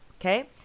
Okay